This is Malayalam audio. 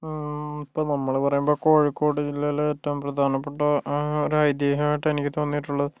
ഇപ്പോൾ നമ്മൾ പറയുമ്പോൾ കോഴിക്കോട് ജില്ലയിൽ ഏറ്റവും പ്രധാനപ്പെട്ട ഒരൈതീഹ്യമായിട്ട് എനിക്ക് തോന്നിയിട്ടുള്ളത്